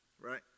right